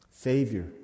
Savior